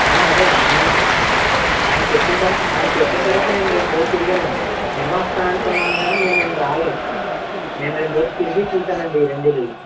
అదే అండి నేను ఆయన చెప్పిన త ఆయన చెప్పిన తర్వాత నేను రెండు రోజులు తిరిగానండి నిన్న వస్తారనుకున్నాను గానీ మీరు నిన్న రాలేదు నేను రెండు రోజులు తిరిగి చూసానండి ఈ రెండు ఇళ్ళు